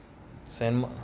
senmaa